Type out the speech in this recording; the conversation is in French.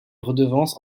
redevances